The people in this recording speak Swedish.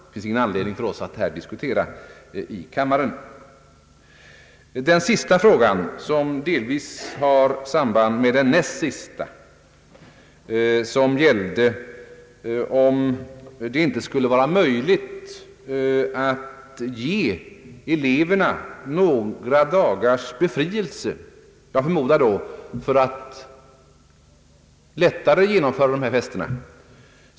Det finns ingen anledning för oss att diskutera den saken här i kammaren. Den sista frågan, som delvis har samband med den näst sista, gällde om det inte skulle vara möjligt att ge eleverna några dagars befrielse från skolan — jag förmodar för att lättare kunna genomföra fester.